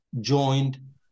joined